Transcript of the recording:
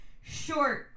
Short